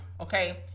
Okay